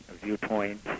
viewpoint